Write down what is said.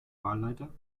wahlleiter